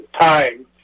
time